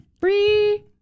Free